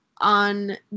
on